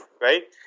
right